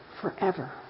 forever